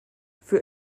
für